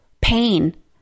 pain